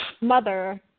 mother